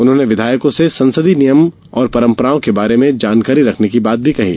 उन्होंने विधायकों से संसदीय नियम और परम्पराओं के बारे में भी जानकारी रखने की बात कही है